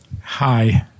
Hi